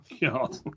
God